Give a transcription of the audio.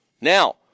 Now